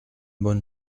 bonne